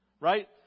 right